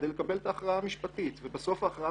כדי לקבל את ההכרעה המשפטית ובסוף ההכרעה